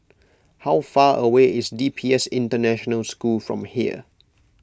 how far away is D P S International School from here